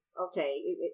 Okay